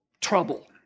trouble